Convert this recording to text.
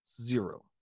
Zero